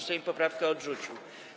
Sejm poprawkę odrzucił.